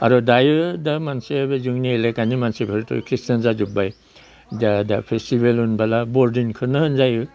आरो दायो दा मोनसे बे जोंनि एलेखानि मानसिफोरदो खृष्टाटान जाजोब्बाय दा दा फेसटिभेल होनब्ला बरदिनखोनो होनजायो